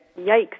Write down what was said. Yikes